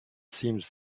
seems